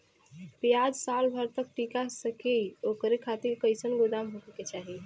प्याज साल भर तक टीका सके ओकरे खातीर कइसन गोदाम होके के चाही?